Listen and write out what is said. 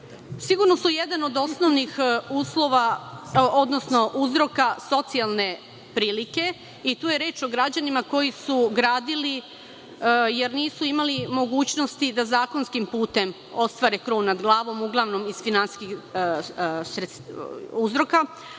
Sigurno su jedan od osnovnih uzroka socijalne prilike i tu je reč o građanima koji su gradili, jer nisu imali mogućnosti da zakonskim putem ostvare krov nad glavom, uglavnom iz finansijskih uzroka,